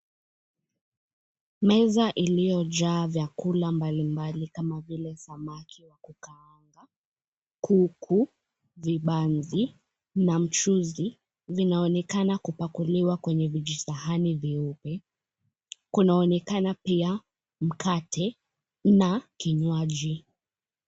Meza iliyojaa vyakula mbalimbali kama vile samaki wa kukaanga, kuku, vibanzi na mchuzi, vinaonekana kupakuliwa kwenye vijisahani vyeupe. Kunaonekana pia mkate na kinywaji.